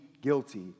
guilty